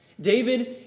David